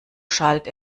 schallt